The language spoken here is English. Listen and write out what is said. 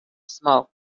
smoke